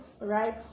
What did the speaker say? right